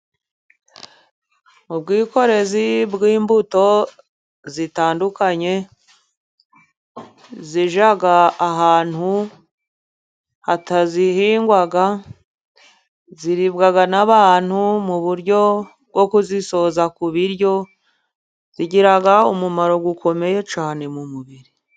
Ubwikorezi bw'imbuto zitandukanye zijya ahantu batazihinga. Ziribwa n'abantu mu buryo bwo kuzisoza ku biryo, zigira umumaro ukomeye cyane mu mubiri.